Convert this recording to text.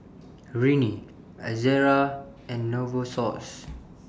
Rene Ezerra and Novosource